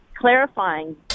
clarifying